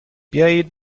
بیایید